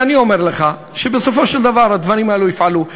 ואני אומר לך שבסופו של דבר הדברים האלה יפעלו,